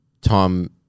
Tom